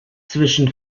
zwischen